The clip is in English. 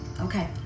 okay